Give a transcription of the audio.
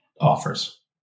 offers